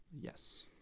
yes